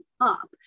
up